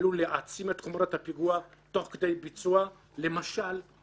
עלול להעצים את חומרת הפיגוע תוך כדי ביצוע, למשל,